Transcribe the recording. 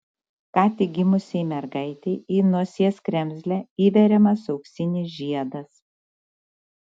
ką tik gimusiai mergaitei į nosies kremzlę įveriamas auksinis žiedas